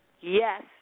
Yes